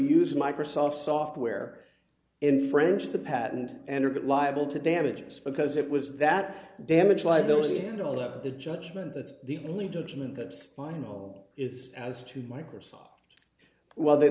use microsoft software infringe the patent and or get liable to damages because it was that damage liability and all that but the judgment that's the only judgment that spinal is as to microsoft well they